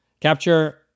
capture